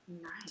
nice